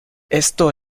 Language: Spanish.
esto